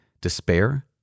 despair